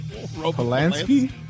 Polanski